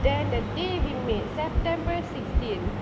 then that day we paid september sixteen ya